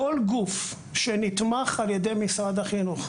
כל גוף שנתמך על ידי משרד החינוך,